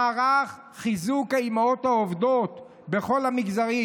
מערך חיזוק האימהות העובדות בכל המגזרים.